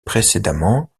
précédemment